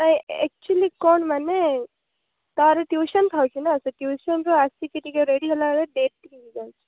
ନାଇଁ ଏକଚୌଲି କଣ ମାନେ ତା'ର ଟିଉସନ୍ ଥାଉଛି ନା ହେଲା ଟିଉସନ୍ ରୁ ଆସିକି ଟିକିଏ ରେଡି଼ ହେଲାବେଳେ ଲେଟ୍ ଟିକିଏ ହେଇଯାଏ